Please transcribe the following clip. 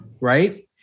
right